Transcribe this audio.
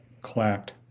Clapped